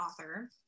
author